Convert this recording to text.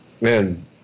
man